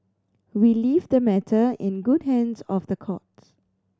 we leave the matter in good hands of the courts